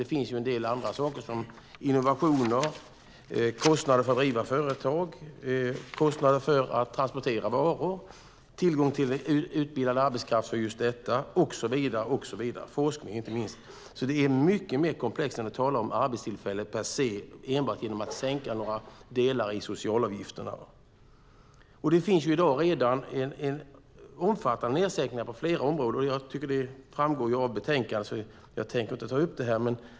Det finns en del andra saker som innovationer, kostnader för att driva företag och kostnader för att transportera varor, tillgång till utbildad arbetskraft för just detta, och inte minst forskning, och så vidare. Det är mycket mer komplext än att tala om arbetstillfällen per se och skapa dem enbart genom att sänka några delar i socialavgifterna. Det finns i dag redan omfattande sänkningar på flera områden. Det framgår av betänkandet, så jag tänker inte ta upp det här.